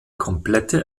komplette